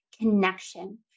connection